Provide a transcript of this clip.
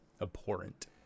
Abhorrent